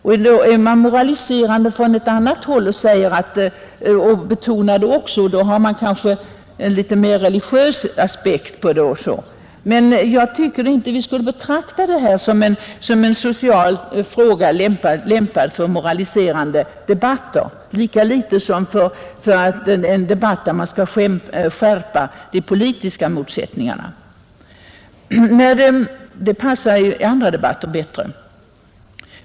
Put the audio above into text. Ibland är man moraliserande från ett annat håll och har en kanske litet mera religiös aspekt på problemet. Men jag tycker inte att vi skall betrakta detta som en social fråga lämpad för moraliserande debatter lika litet som en debatt, där man skall skärpa de politiska motsättningarna. Det passar bättre i andra debatter.